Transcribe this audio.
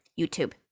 YouTube